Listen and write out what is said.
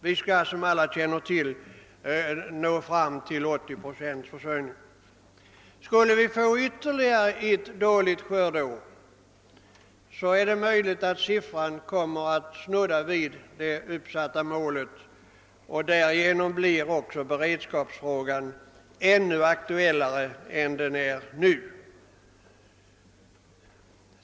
Vi skall, som alla känner till, nå fram till 80 procents självförsörjningsgrad. Skulle vi få ytterligare ett dåligt skördeår är det möjligt att procentsatsen kommer att snudda vid det tal som angivits såsom målsättning, och därigenom blir också beredskapsfrågan ännu aktuellare än den är nu.